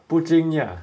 putting yeah